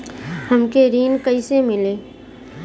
हमके ऋण कईसे मिली?